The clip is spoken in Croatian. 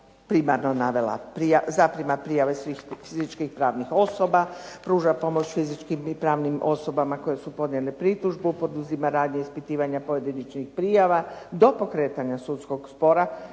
primarno navela, zaprima prijave svih fizičkih i pravnih osoba, pruža pomoć fizičkim i pravnim osobama koje su podnijele pritužbu, poduzima radnje ispitivanja pojedinačnih prijava do pokretanja sudskog spora